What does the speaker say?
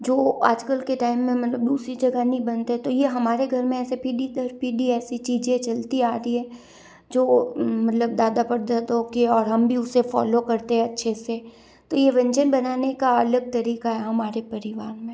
जो आजकल के टाइम में मतलब दूसरी जगह नहीं बनते तो यह हमारे घर में पीढ़ी दर पीढ़ी ऐसी चीज़ें चलती आ रही है जो मतलब दादा परदादाओं कि और हम भी उसे फॉलो करते अच्छे से तो यह व्यंजन बनाने का अलग तरीका है हमारे परिवार में